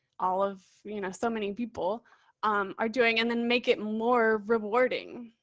all of you know so many people um are doing. and then make it more rewarding.